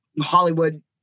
Hollywood